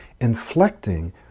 Inflecting